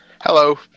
Hello